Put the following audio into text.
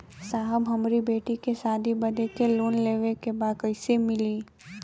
साहब हमरे बेटी के शादी बदे के लोन लेवे के बा कइसे मिलि?